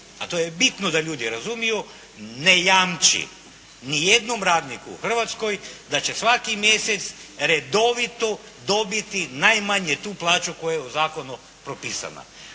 a to je bitno da ljudi razumiju ne jamči ni jednom radniku u Hrvatskoj da će svaki mjesec redovito dobiti najmanje tu plaću koja je u zakonu propisana.